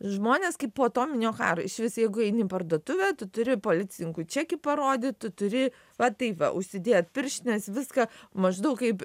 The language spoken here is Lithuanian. žmonės kaip po atominio karo išvis jeigu eini į parduotuvę tu turi policininkui čekį parodyt turi va tai va užsidėt pirštines viską maždaug kaip